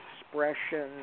expression